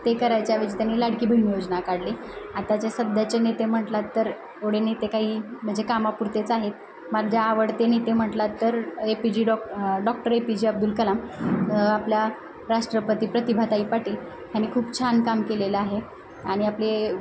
ते करायच्या ऐवजी त्यांनी लाडकी बहीण योजना काढली आताच्या सध्याच्या नेते म्हटलात तर एवढे नेते काही म्हणजे कामापुरतेच आहेत माझ्या आवडते नेते म्हटलात तर A P G doc doctor A P J Abdul Kalam आपल्या राष्ट्रपती प्रतिभाताई पाटील ह्यांनी खूप छान काम केलेलं आहे आणि आपले